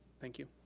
thank you.